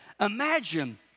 Imagine